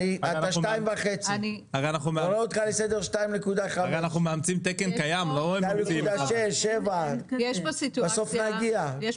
אני קורא אותך לסדר 2.5. בסוף נגיע לשלוש.